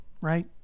right